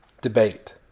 Debate